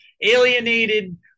alienated